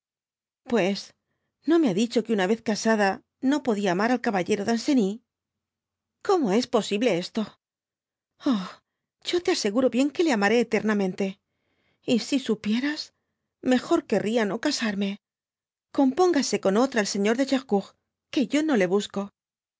pues no me ha dicho que una yes casada no podia'araar al caballero danoeny c no es posible esto oh yo te aseguro dby google lio bien que le amaré eternamente y si supieras mejor querría no casarme compóngase